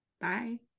Bye